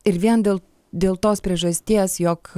ir vien dėl dėl tos priežasties jog